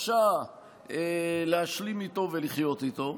מתקשה להשלים איתו ולחיות איתו.